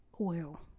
oil